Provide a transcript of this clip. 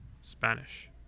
Spanish